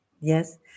Yes